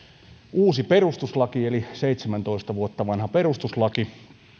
uusi perustuslaki eli seitsemäntoista vuotta vanha perustuslaki